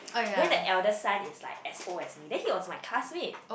then the eldest son is like as old as me then he was my classmate